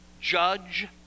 Judge